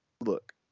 look